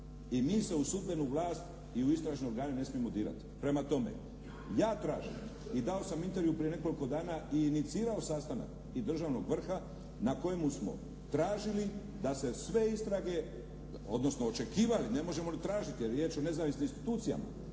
i mi se u sudbenu vlast i u istražne organe ne smijemo dirati. Prema tome, ja tražim i dao sam intervju prije nekoliko dana i inicirao sastanak i državnog vrha na kojemu smo tražili da se sve istrage odnosno očekivali, ne možemo ni tražiti jer je riječ o nezavisnim institucijama,